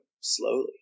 slowly